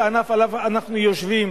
את הענף שעליו אנחנו יושבים,